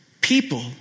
people